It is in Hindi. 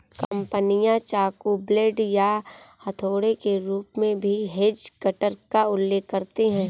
कंपनियां चाकू, ब्लेड या हथौड़े के रूप में भी हेज कटर का उल्लेख करती हैं